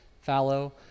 fallow